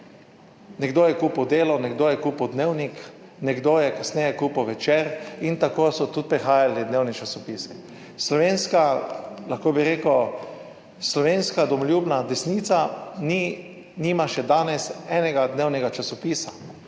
Nekdo je kupil Delo, nekdo je kupil Dnevnik, nekdo je kasneje kupil Večer in tako so tudi prihajali dnevni časopisi. Slovenska, lahko bi rekel, slovenska domoljubna desnica ni, nima še danes enega dnevnega časopisa.